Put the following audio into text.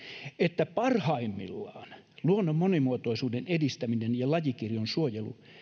että parhaimmillaan luonnon monimuotoisuuden edistäminen ja lajikirjon suojelu